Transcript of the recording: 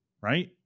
Right